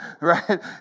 right